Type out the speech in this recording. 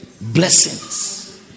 blessings